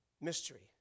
mystery